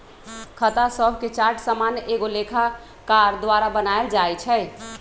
खता शभके चार्ट सामान्य एगो लेखाकार द्वारा बनायल जाइ छइ